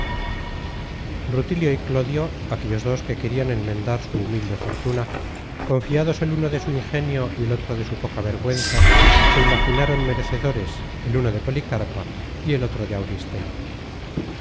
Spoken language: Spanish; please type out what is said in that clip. rutilio y clodio aquellos dos que querian enmendar su humilde fortuna confiados el uno de su ingenio y el otro de su poca vergüenza se imaginaron merecedores el uno de policarpa y el otro de auristela